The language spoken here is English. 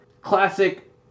classic